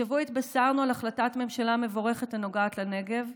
השבוע התבשרנו על החלטת ממשלה מבורכת הנוגעת לנגב.